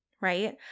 right